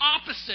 opposite